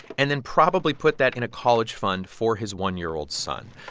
and then probably put that in a college fund for his one year old son.